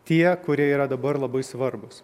tie kurie yra dabar labai svarbūs